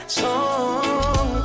song